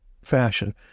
fashion